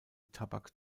tabak